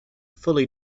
fully